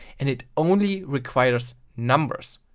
and it only requires numbers.